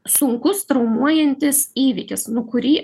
sunkus traumuojantis įvykis nu kurį